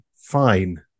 fine